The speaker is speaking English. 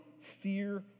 fear